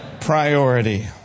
priority